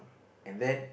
and then